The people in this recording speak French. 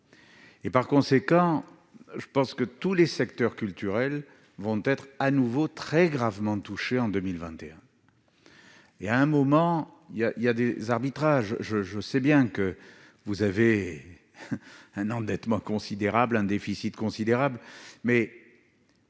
et, par conséquent, je pense que tous les secteurs culturels vont être à nouveau très gravement touchés en 2021 et à un moment, il y a, il y a des arbitrages, je, je sais bien que vous avez un endettement considérable un déficit considérable mais